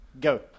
Go